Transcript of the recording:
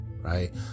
right